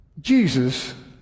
Jesus